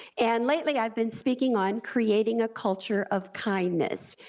and lately i've been speaking on creating a culture of kindness,